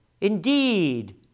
Indeed